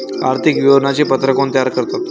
आर्थिक विवरणपत्रे कोण तयार करतात?